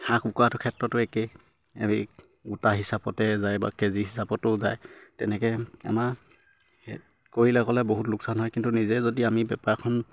হাঁহ কুকুৰাৰ ক্ষেত্ৰতো একেই এই গোটা হিচাপতে যায় বা কেজি হিচাপতো যায় তেনেকে আমাৰ কৰিলে গ'লে বহুত লোকচান হয় কিন্তু নিজে যদি আমি বেপাৰখন